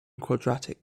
quadratic